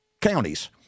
counties